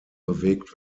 bewegt